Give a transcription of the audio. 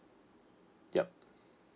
yup